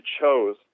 chose